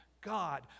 God